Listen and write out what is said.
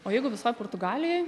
o jeigu visoj portugalijoj